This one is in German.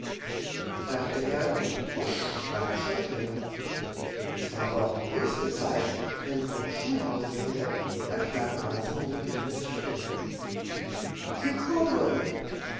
dachte er und husch war er schon drinnen es war aber auch die höchste zeit denn vom schulhause her erklang base mummelines stimme sie kommen